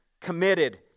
committed